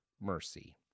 mercy